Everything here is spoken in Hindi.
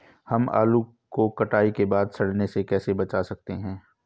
हम आलू को कटाई के बाद सड़ने से कैसे बचा सकते हैं?